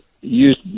use